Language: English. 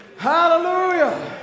Hallelujah